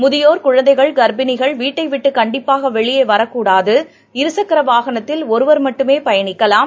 முதியோர்குழந்தைகள் க்ப்பிணிகள் வீட்டைவிட்டுகண்டிப்பாகவெளியேவரக்கூடாது இருசக்கரவாகனத்தில் ஒருவர் மட்டுமேபயணிக்கலாம்